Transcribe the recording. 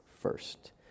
first